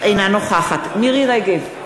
אינה נוכחת מירי רגב,